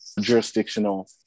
jurisdictional